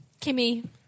Kimmy